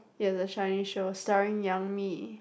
he has a Chinese show starring Yang-Mi